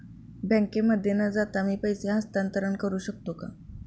बँकेमध्ये न जाता मी पैसे हस्तांतरित करू शकतो का?